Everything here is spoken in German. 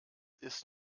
ist